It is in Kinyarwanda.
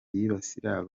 yibasira